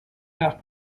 nach